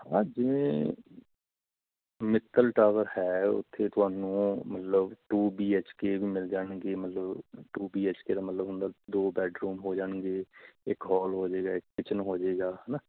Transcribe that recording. ਹਾਂ ਜਿਵੇਂ ਮਿੱਤਲ ਟਾਵਰ ਹੈ ਉੱਥੇ ਤੁਹਾਨੂੰ ਮਤਲਬ ਟੂ ਬੀ ਐੱਚ ਕੇ ਵੀ ਮਿਲ ਜਾਣਗੇ ਮਤਲਬ ਟੂ ਬੀ ਐੱਚ ਕੇ ਦਾ ਮਤਲਬ ਹੁੰਦਾ ਦੋ ਬੈਡਰੂਮ ਹੋ ਜਾਣਗੇ ਇੱਕ ਹਾਲ ਹੋ ਜਾਵੇਗਾ ਇੱਕ ਕਿਚਨ ਹੋ ਜਾਵੇਗਾ ਹੈ ਨਾ